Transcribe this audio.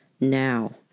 Now